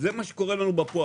זה מה שקורה לנו בפועל.